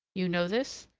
you know this?